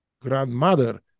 grandmother